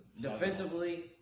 Defensively